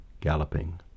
galloping